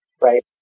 right